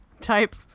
Type